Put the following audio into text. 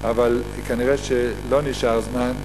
אבל כנראה שלא נשאר זמן.